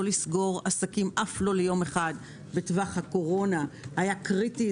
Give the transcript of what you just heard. לסגור עסקים אף לא ליום אחד בטווח הקורונה היה קריטי.